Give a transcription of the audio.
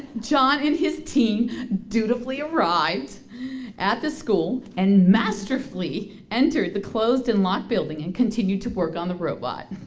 john and his team dutifully arrived at the school and masterfully entered the closed and locked building and continued to work on the robot.